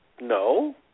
no